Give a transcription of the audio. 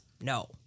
No